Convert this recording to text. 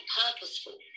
purposeful